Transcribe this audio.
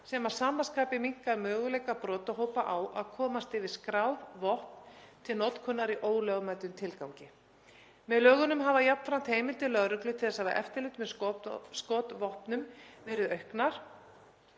sem að sama skapi minnkar möguleika brotahópa á að komast yfir skráð vopn til notkunar í ólögmætum tilgangi. Með lögunum hafa jafnframt heimildir lögreglu til að hafa eftirlit með skotvopnum verið auknar,